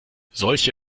solche